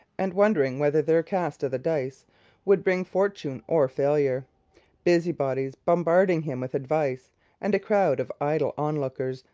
and wondering whether their cast of the dice would bring fortune or failure busybodies bombarding him with advice and a crowd of idle onlookers,